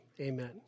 Amen